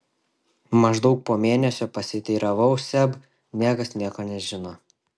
maždaug po mėnesio pasiteiravau seb niekas nieko nežino